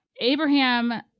Abraham